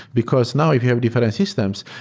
because now if you have different systems,